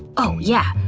oh yeah.